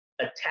Attack